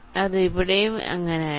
അത് ഇവിടേം അങ്ങനെ തന്നെ